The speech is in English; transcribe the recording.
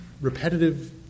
repetitive